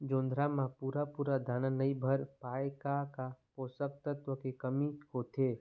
जोंधरा म पूरा पूरा दाना नई भर पाए का का पोषक तत्व के कमी मे होथे?